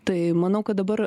tai manau kad dabar